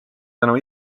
tänu